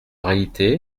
réalité